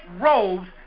robes